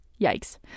Yikes